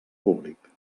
públic